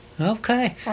Okay